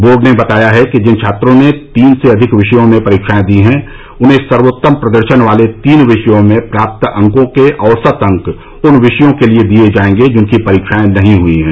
board ने बताया है कि जिन छात्रों ने तीन से अधिक विषयों में परीक्षाएं दी हैं उन्हें सर्वोत्तम प्रदर्शन वाले तीन विषयों में प्राप्त अंकों के औसत अंक उन विषयों के लिए दिए जाएंगे जिनकी परीक्षाएं नहीं हुई हैं